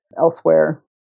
elsewhere